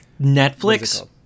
Netflix